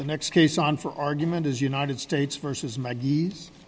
the next case on for argument is united states versus my nee